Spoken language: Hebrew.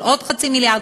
של עוד חצי מיליארד,